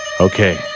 Okay